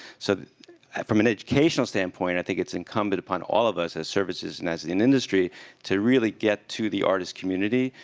so from an educational standpoint, i think it's incumbent upon all of us as services and as an industry to really get to the artist community,